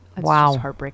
Wow